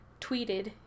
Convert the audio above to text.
tweeted